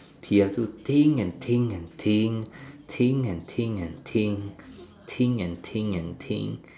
he have to think and think and think think and think and think think and think and think